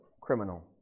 criminal